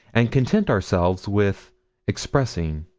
and content ourselves with expressing.